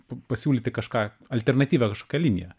p pasiūlyti kažką alternatyvią kažkokią liniją